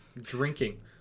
drinking